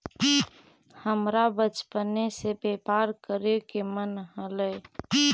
हमरा बचपने से व्यापार करे के मन हलई